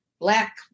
black